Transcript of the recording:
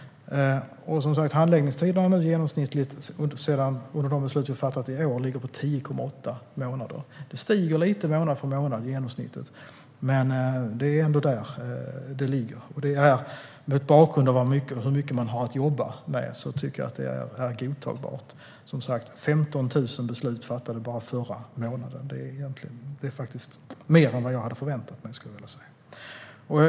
Handläggningstiderna för de beslut som har fattats i år ligger i genomsnitt på 10,8 månader. Genomsnittet stiger lite månad för månad. Men det är ändå där det ligger. Mot bakgrund av hur mycket man har att jobba med tycker jag att det är godtagbart. Det fattades 15 000 beslut bara förra månaden. Det är faktiskt mer än vad jag hade förväntat mig, skulle jag vilja säga.